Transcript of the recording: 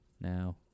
now